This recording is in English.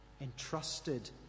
entrusted